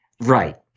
Right